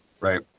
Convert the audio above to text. Right